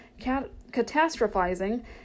catastrophizing